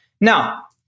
Now